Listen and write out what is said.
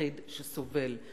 יחיד שסובל.